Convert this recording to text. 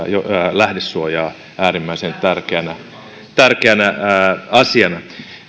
lähdesuojaa äärimmäisen tärkeänä tärkeänä asiana